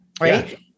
Right